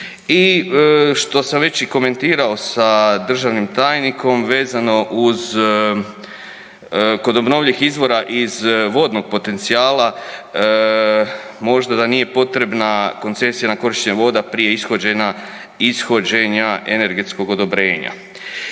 I što sam već i komentirao sa državnim tajnikom vezano uz, kod obnovljivih izvora iz vodnog potencijala, možda da nije potrebna koncesija na korištenje voda prije ishođenja energetskog odobrenja.